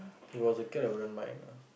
it was a cat I wouldn't mind lah